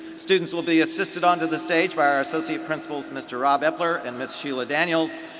students will be assisted onto the stage by our associate principals mr. rob eppler and ms. sheela daniels.